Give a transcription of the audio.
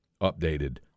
updated